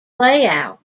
layout